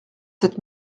sept